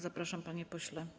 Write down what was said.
Zapraszam, panie pośle.